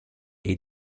est